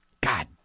God